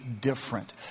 different